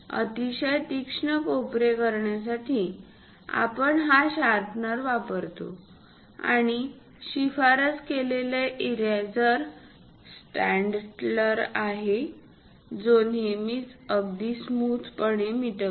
अतिशय तीक्ष्ण कोपरे करण्यासाठी आपण हा शार्पनर वापरतो आणि शिफारस केलेले इरेज़र स्टॅडटलर आहे जो नेहमीच अगदी स्मूथ पणे मिटवतो